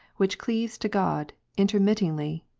which cleaves to god unintermittingly,